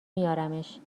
میارمش